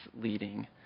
leading